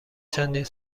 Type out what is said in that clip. چندین